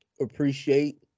appreciate